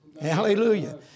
Hallelujah